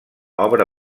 obra